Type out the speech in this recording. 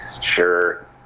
Sure